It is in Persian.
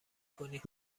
کنی